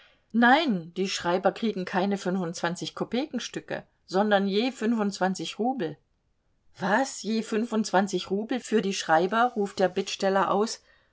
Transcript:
nein die schreiber kriegen keine fünfundzwanzigkopekenstücke sondern je fünfundzwanzig rubel was je fünfundzwanzig rubel für die schreiber ruft der bittsteller aus